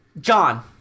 John